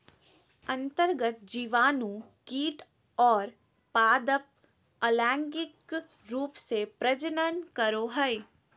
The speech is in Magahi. अन्तर्गत जीवाणु कीट और पादप अलैंगिक रूप से प्रजनन करो हइ